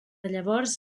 llavors